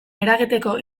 eragiteko